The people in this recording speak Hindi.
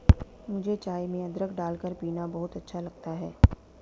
मुझे चाय में अदरक डालकर पीना बहुत अच्छा लगता है